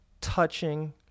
touching